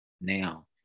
now